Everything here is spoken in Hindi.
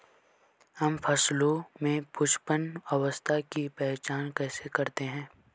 हम फसलों में पुष्पन अवस्था की पहचान कैसे करते हैं?